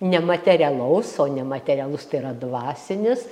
nematerialaus o nematerialus tai yra dvasinis